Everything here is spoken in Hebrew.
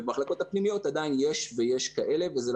ובמחלקות הפנימיות עדיין יש כאלה ויש כאלה.